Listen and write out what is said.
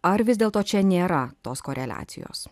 ar vis dėlto čia nėra tos koreliacijos